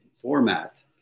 format